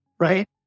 right